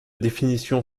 définition